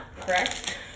correct